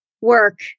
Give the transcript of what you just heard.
work